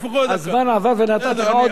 הזמן עבר ונתתי לך עוד דקה.